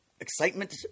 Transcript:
excitement